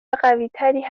قویتری